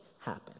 happen